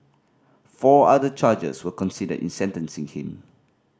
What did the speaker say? four other charges were considered in sentencing him